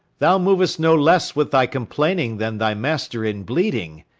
thou mov'st no less with thy complaining than thy master in bleeding.